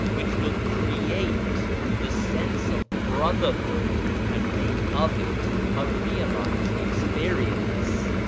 which will create the sense of brotherhood and make of it a realised experience.